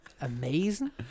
Amazing